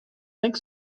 think